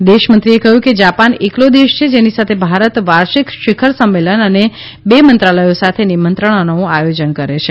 વિદેશ મંત્રીએ કહ્યું કે જાપાન એકલો દેશ છે જેની સાથે ભારત વાર્ષિક શિખર સંમેલન અને બે મંત્રાલયો સાથેની મંત્રણાનું આયોજન કરે છે